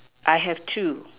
I have two